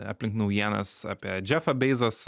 aplink naujienas apie džefą beizos